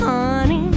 Honey